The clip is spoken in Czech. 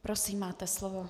Prosím, máte slovo.